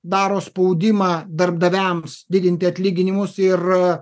daro spaudimą darbdaviams didinti atlyginimus ir